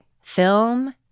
film